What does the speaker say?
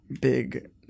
big